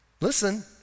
Listen